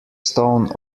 stone